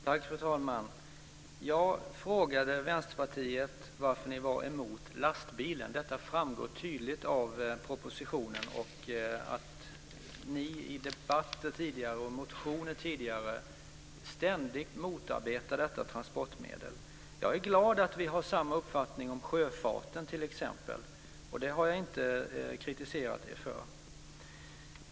Fru talman! Jag frågade Vänsterpartiet varför ni är emot lastbilen. Att ni är det framgår tydligt av propositionen och av att ni tidigare i debatter och i motioner ständigt har motarbetat detta transportmedel. Jag är glad över att vi har samma uppfattning t.ex. om sjöfarten, och det har jag inte kritiserat er för.